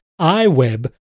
iWeb